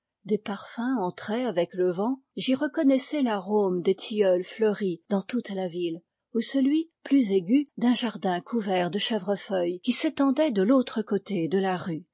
des parfums entraient avec le vent j'y reconnaissais l'arome des tilleuls fleuris dans toute la ville ou celui plus aigu d'un jardin couvert de chèvrefeuilles qui s'étendait de l'autre côté de la rue